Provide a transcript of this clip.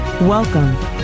Welcome